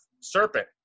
serpent